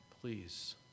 Please